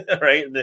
right